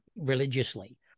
religiously